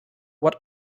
what